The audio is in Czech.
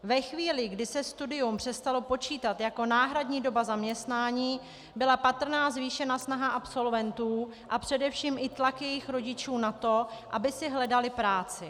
Ve chvíli, kdy se studium přestalo počítat jako náhradní doba zaměstnání, byla patrná zvýšená snaha absolventů a především i tlak jejich rodičů na to, aby si hledali práci.